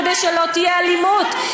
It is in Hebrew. כדי שלא תהיה אלימות,